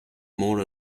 more